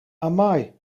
amai